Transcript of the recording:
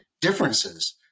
differences